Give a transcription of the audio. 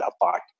apart